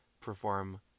perform